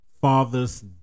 father's